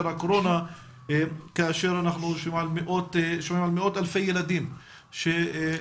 הקורונה כאשר אנחנו שומעים על מאות אלפי ילדים שנשארו